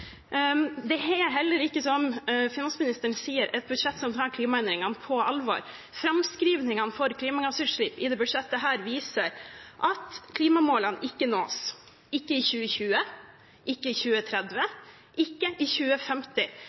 Det er heller ikke som finansministeren sier, et budsjett som tar klimaendringene på alvor. Framskrivingene for klimagassutslipp i dette budsjettet viser at klimamålene ikke nås – ikke i 2020, ikke i 2030, ikke i 2050.